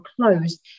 closed